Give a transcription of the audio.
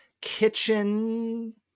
kitchen